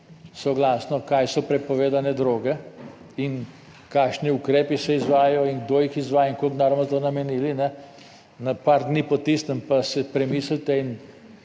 soglasno, kaj so prepovedane droge in kakšni ukrepi se izvajajo in kdo jih izvaja in koliko denarja bomo za to namenili, par dni po tistem pa se premislite in